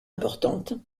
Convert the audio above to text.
importantes